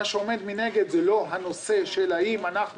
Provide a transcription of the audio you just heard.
מה שעומד מנגד זה לא הנושא של האם אנחנו